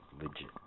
legit